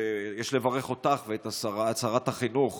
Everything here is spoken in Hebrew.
שיש לברך אותך ואת שרת החינוך